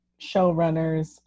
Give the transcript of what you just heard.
showrunners